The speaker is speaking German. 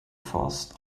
forst